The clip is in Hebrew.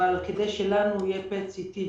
כדי שנוכל לרכוש בהמשך מכשיר PET-CT,